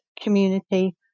community